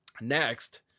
next